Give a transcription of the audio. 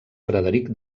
frederic